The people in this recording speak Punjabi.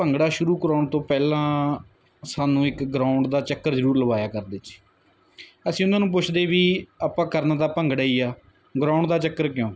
ਭੰਗੜਾ ਸ਼ੁਰੂ ਕਰਾਉਣ ਤੋਂ ਪਹਿਲਾਂ ਸਾਨੂੰ ਇੱਕ ਗਰਾਊਂਡ ਦਾ ਚੱਕਰ ਜ਼ਰੂਰ ਲਵਾਇਆ ਕਰਦੇ ਜੀ ਅਸੀਂ ਉਹਨਾਂ ਨੂੰ ਪੁੱਛਦੇ ਵੀ ਆਪਾਂ ਕਰਨਾ ਤਾਂ ਭੰਗੜਾ ਹੀ ਆ ਗਰਾਊਂਡ ਦਾ ਚੱਕਰ ਕਿਉਂ